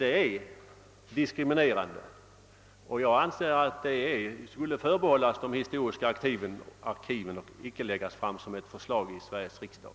Detta är diskriminerande, och jag anser att synsättet bör förbehållas de historiska arkiven och inte läggas fram i motioner i Sveriges riksdag.